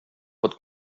pot